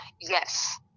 yes